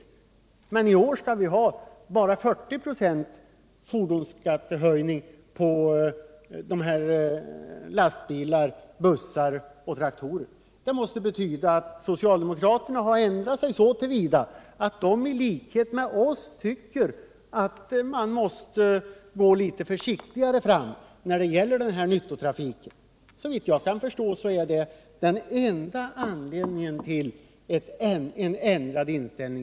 I år däremot skall vi bara ha en 40 procentig skattehöjning på lastbilar, bussar och traktorer. Detta måste betyda att socialdemokraterna har ändrat sig så till vida att de i likhet med oss tycker att man måste gå litet försiktigare fram när det gäller nyttotrafiken. Såvitt jag förstår är detta den enda anledningen till socialdemokraternas ändrade inställning.